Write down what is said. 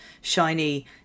shiny